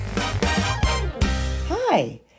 Hi